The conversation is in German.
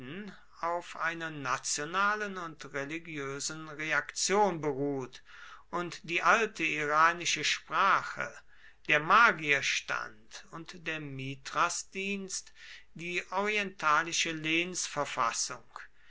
auf einer nationalen und religiösen reaktion beruht und die alte iranische sprache der magierstand und der mithrasdienst die orientalische